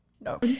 no